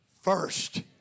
first